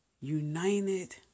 united